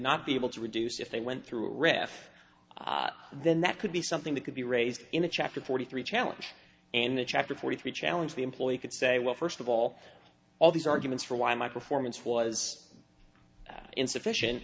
not be able to reduce if they went through a riff then that could be something that could be raised in a chapter forty three challenge and the chapter forty three challenge the employee could say well first of all all these arguments for why michael formants was insufficient